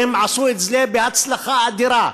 והם עשו את זה בהצלחה אדירה.